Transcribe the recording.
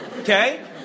Okay